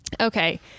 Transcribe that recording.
Okay